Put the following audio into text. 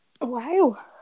Wow